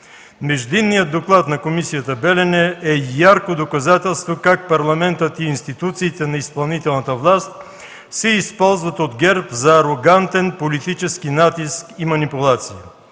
Междинният доклад на комисията „Белене” е ярко доказателство как Парламентът и институциите на изпълнителната власт се използват от ГЕРБ за арогантен политически натиск и манипулации.